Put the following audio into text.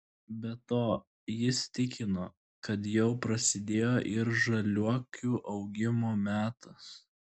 be to jis tikino kad jau prasidėjo ir žaliuokių augimo metas